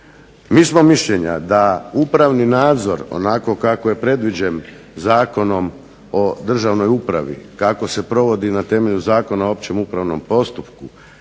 Mi smo mišljenja da upravni nadzor onako kako je predviđen Zakonom o državnoj upravi, kako se provodi na temelju Zakona o općem upravnom postupku